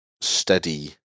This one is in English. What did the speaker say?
steady